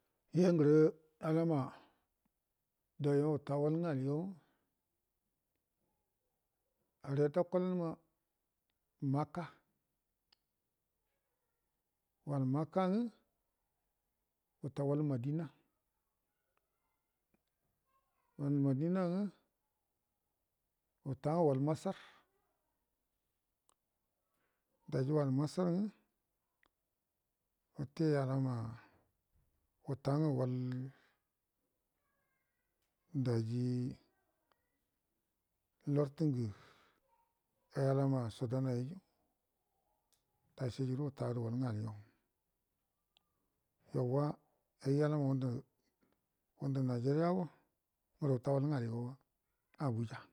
Ye ngərə alama dauyo uta wal ngə aligauwa həre takolma maka wal maka ngə uta walmadina wal madina uta ngə wal masar daji ute alama uta wal daji lortə ngə ai alama sudanayeyu dai sigədo uta gədə wal ngə aligau yauwa najeriyago ngərə walngə aligau abuja